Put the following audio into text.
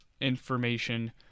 information